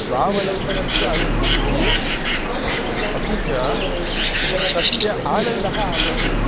स्वावलम्बनस्य अनुभूतिः अपि च तस्य आनन्दः अपि